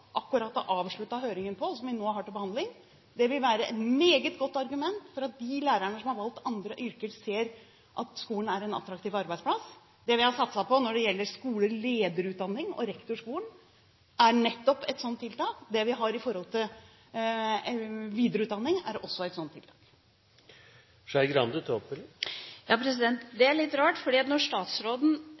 akkurat har avsluttet høring om, og som vi nå har til behandling, være et meget godt argument for at de lærerne som har valgt andre yrker, ser at skolen er en attraktiv arbeidsplass. Det vi har satset på når det gjelder skolelederutdanning og rektorskolen, er nettopp et sånt tiltak. Når det gjelder videreutdanning, har vi også et sånt tiltak. Det er